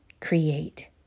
Create